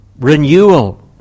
renewal